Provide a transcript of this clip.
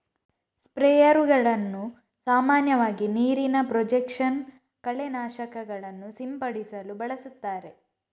ಸ್ಪ್ರೇಯರುಗಳನ್ನು ಸಾಮಾನ್ಯವಾಗಿ ನೀರಿನ ಪ್ರೊಜೆಕ್ಷನ್ ಕಳೆ ನಾಶಕಗಳನ್ನು ಸಿಂಪಡಿಸಲು ಬಳಸುತ್ತಾರೆ